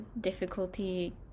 difficulty